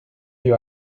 you